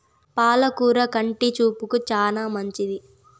పాల కూర కంటి చూపుకు చానా మంచిది